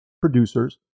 producers